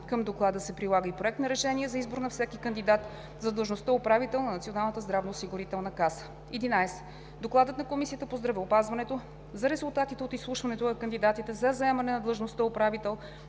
Към Доклада се прилага и проект на решение за избор на всеки кандидат за длъжността „управител на Националната здравноосигурителна каса“. 11. Докладът на Комисията по здравеопазването за резултатите от изслушването на кандидатите за заемане на длъжността „управител